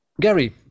Gary